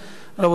רבותי,